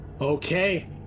Okay